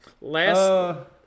Last